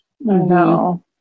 No